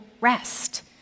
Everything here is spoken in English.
rest